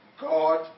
God